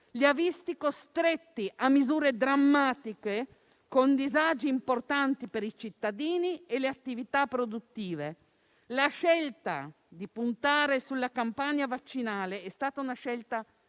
li ha visti costretti a misure drammatiche, con disagi importanti per i cittadini e per le attività produttive. La scelta di puntare sulla campagna vaccinale è stata una scelta vincente,